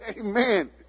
Amen